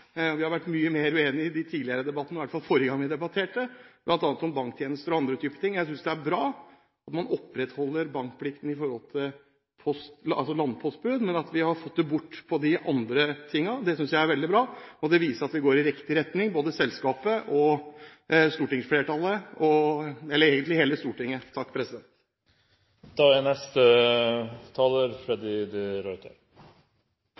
vi har vært mer enige enn det vi er nå. Vi har vært mye mer uenige i de tidligere debattene, i hvert fall forrige gang vi debatterte, bl.a. om banktjenester og andre typer ting. Jeg synes det er bra at man opprettholder bankplikten når det gjelder landpostbud, men at vi har fått det bort på de andre tingene. Det synes jeg er veldig bra. Det viser at vi går i riktig retning, både selskapet og stortingsflertallet, eller egentlig hele Stortinget.